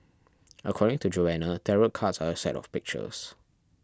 according to Joanna tarot cards are a set of pictures